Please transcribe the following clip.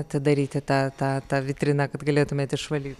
atidaryti tą tą tą vitriną kad galėtumėt išvalyt